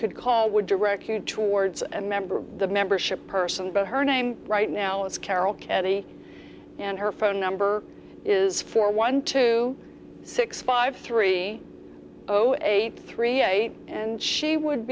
could call would direct you towards and member of the membership person but her name right now is carole kennedy and her phone number is four one two six five three zero eight three eight and she would